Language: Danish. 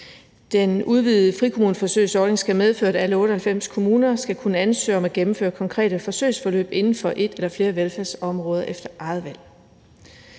Den udvidede frikommuneforsøgsordning skal medføre, at alle 98 kommuner skal kunne ansøge om at gennemføre konkrete forsøgsforløb inden for et eller flere velfærdsområder efter eget valg.